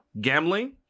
Gambling